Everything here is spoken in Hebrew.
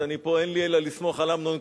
אז אין לי אלא לסמוך על אמנון כהן.